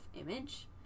image